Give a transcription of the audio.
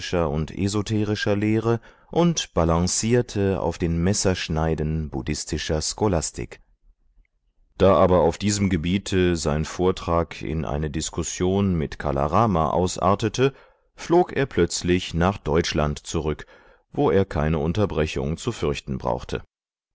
und esoterischer lehre und balancierte auf den messerschneiden buddhistischer scholastik da aber auf diesem gebiete sein vortrag in eine diskussion mit kala rama ausartete flog er plötzlich nach deutschland zurück wo er keine unterbrechung zu fürchten brauchte